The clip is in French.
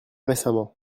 récemment